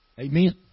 Amen